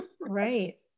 Right